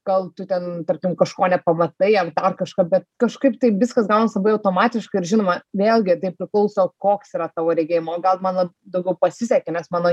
gal tu ten tarkim kažko nepamatai ar dar kažką bet kažkaip taip viskas gaunas labai automatiškai ir žinoma vėlgi tai priklauso koks yra tavo regėjimo gal mano daugiau pasisekė nes mano